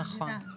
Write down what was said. הישג, נכון.